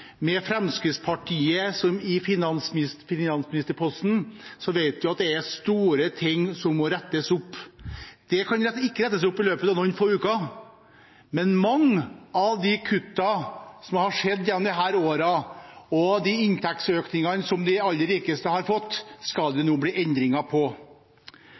med Fremskrittspartiet i finansministerposten, vet vi at det er store ting som må rettes opp. Det kan ikke rettes opp i løpet av noen få uker, men mange av de kuttene som har blitt gjort gjennom disse årene, og inntektsøkningene som de aller rikeste har fått, skal det nå bli endringer på.